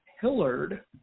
Hillard